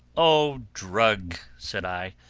o drug! said i,